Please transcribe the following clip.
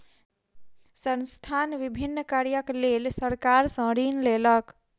संस्थान विभिन्न कार्यक लेल सरकार सॅ ऋण लेलक